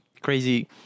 crazy